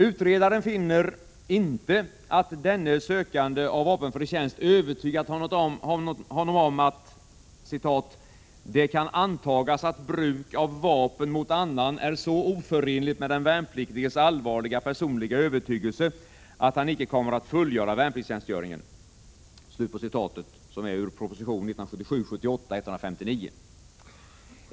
Utredaren finner inte, att denne sökande av vapenfri tjänst övertygat honom om att ”det kan antagas att bruk av vapen mot annan är så oförenligt med den värnpliktiges allvarliga personliga övertygelse att han icke kommer att fullgöra värnpliktstjänstgöringen”, som det står i proposition 1977/ 78:159.